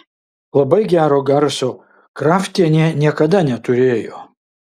labai gero garso kraftienė niekada neturėjo